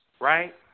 right